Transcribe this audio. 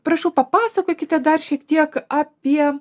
prašau papasakokite dar šiek tiek apie